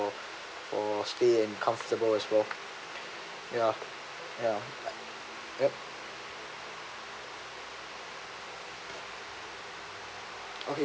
for for stay and comfortable as well ya ya yup